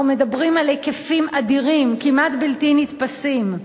אנחנו מדברים על היקפים אדירים, כמעט בלתי נתפסים.